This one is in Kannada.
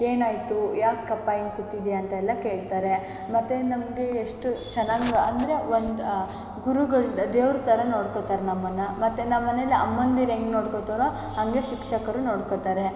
ಏನಾಯಿತು ಯಾಕಪ್ಪ ಹೀಗ್ ಕೂತಿದೀಯ ಅಂತೆಲ್ಲ ಕೇಳ್ತಾರೆ ಮತ್ತು ನಮಗೆ ಎಷ್ಟು ಚೆನ್ನಾಗ್ ಅಂದರೆ ಒಂದು ಗುರುಗಳು ದೇವ್ರು ಥರ ನೋಡ್ಕೊತಾರೆ ನಮ್ಮನ್ನು ಮತ್ತು ನಮ್ಮ ಮನೆಯಲ್ ಅಮ್ಮಂದಿರು ಹೇಗ್ ನೋಡ್ಕೊತಾರೋ ಹಾಗೆ ಶಿಕ್ಷಕರು ನೋಡ್ಕೊತಾರೆ